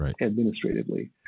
administratively